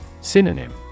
Synonym